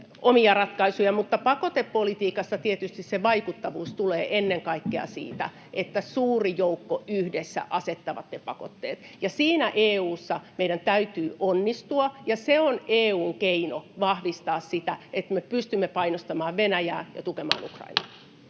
omia ratkaisuja. Mutta pakotepolitiikassa tietysti se vaikuttavuus tulee ennen kaikkea siitä, että suuri joukko yhdessä asettaa ne pakotteet. Siinä EU:ssa meidän täytyy onnistua, ja se on EU:n keino vahvistaa sitä, että me pystymme painostamaan Venäjää ja tukemaan Ukrainaa.